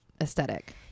aesthetic